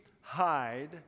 hide